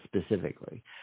specifically